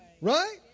Right